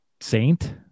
Saint